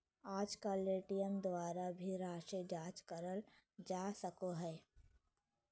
आजकल ए.टी.एम द्वारा भी राशी जाँच करल जा सको हय